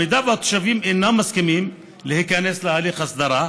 אם התושבים אינם מסכימים להיכנס להליך הסדרה,